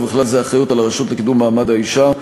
ובכלל זה אחריות לרשות לקידום מעמד האישה.